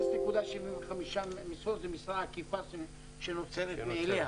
0.75 משרות זה משרה עקיפה שנוצרת מאליה.